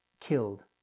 killed